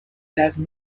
laves